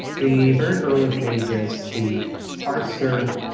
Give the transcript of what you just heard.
the very early phases, the parser,